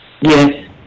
Yes